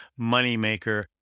moneymaker